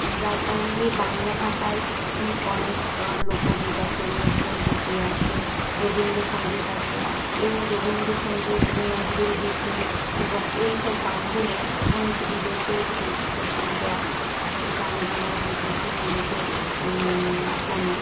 যার কারণে এই বাংলা ভাষায় অনেক লোকগীত আছে নজরুল গীতি আছে রবীন্দ্রসঙ্গীত আছে এই রবীন্দ্রসঙ্গীত নজরুল গীতি এবং এইসব গানগুলো অনেক বিদেশেও প্রচলিত আছে এই গানগুলো বিদেশেও অনেকে শোনে